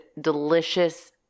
delicious